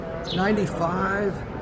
95